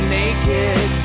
naked